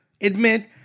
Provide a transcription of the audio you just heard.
admit